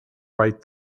right